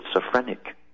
schizophrenic